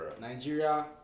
Nigeria